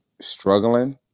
struggling